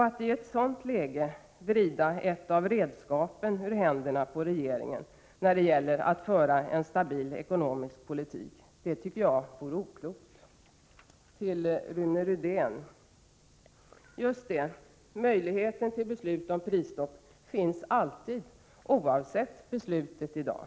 Att i ett sådant läge vrida ett av redskapen ur händerna på regeringen när det gäller att föra en stabil ekonomisk politik tycker jag vore oklokt. Till Rune Rydén: Just det — möjligheten till beslut om prisstopp finns alltid, oavsett beslutet i dag.